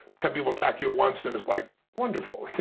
ten people attack you at once, and it's like wonderful.